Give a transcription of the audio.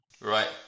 Right